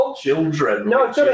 children